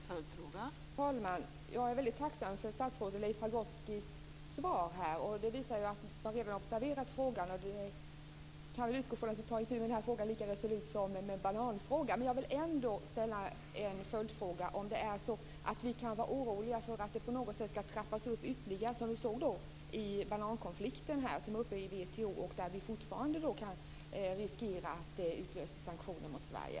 Fru talman! Jag är tacksam för statsrådet Leif Pagrotskys svar. Det visar att Pagrotsky redan observerat frågan. Jag utgår från att han tar itu med den här frågan lika väl som med bananfrågan. Jag vill ändå ställa en följdfråga: Är det så att vi behöver vara oroliga för att kriget trappas upp ytterligare, som i banankonflikten? Frågan är uppe i WTO, och det finns fortfarande risk för att det utlyses sanktioner mot Sverige.